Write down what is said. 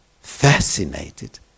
fascinated